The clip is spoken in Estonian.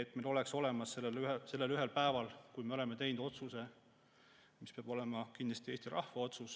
et meil oleks nad olemas sellel päeval, kui me oleme teinud otsuse, mis peab olema kindlasti Eesti rahva otsus,